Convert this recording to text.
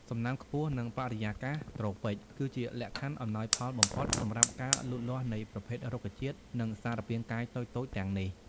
សំណើមខ្ពស់ និងបរិយាកាសត្រូពិក គឺជាលក្ខខណ្ឌអំណោយផលបំផុតសម្រាប់ការលូតលាស់នៃប្រភេទរុក្ខជាតិ និងសារពាង្គកាយតូចៗទាំងនេះ។